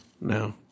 No